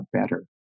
better